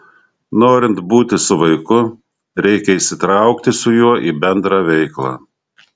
norint būti su vaiku reikia įsitraukti su juo į bendrą veiklą